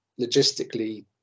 logistically